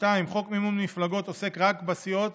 2. חוק מימון מפלגות עוסק רק בסיעות